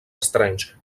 estranys